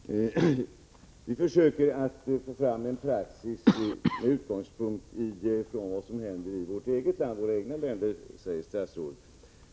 Herr talman! Vi försöker hitta en praxis med utgångspunkt i vad som händer i vårt eget land, säger statsrådet.